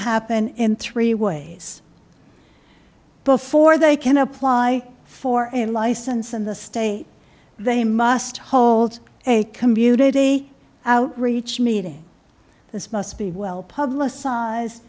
happen in three ways before they can apply for a license in the state they must hold a commuted a outreach meeting this must be well publicized